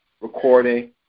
recording